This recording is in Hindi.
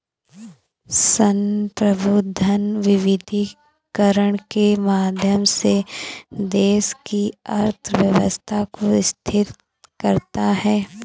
संप्रभु धन विविधीकरण के माध्यम से देश की अर्थव्यवस्था को स्थिर करता है